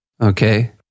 Okay